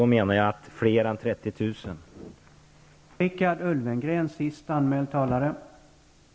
Då menar jag att fler än 30 000 personer skall göra det.